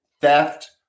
theft